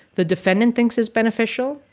the defendant thinks is beneficial.